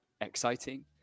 exciting